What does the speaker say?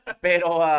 pero